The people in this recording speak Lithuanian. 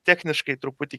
techniškai truputį